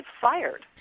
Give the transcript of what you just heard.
fired